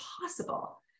possible